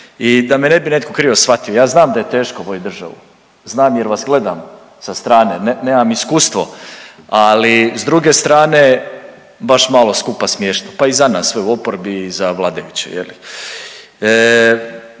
i da me ne bi netko krivo shvatio, ja znam da je teško voditi državu, znam jer vas gledam sa strane, nemam iskustvo, ali s druge strane, baš malo skupa smiješno pa i za nas sve u oporbi i za vladajuće,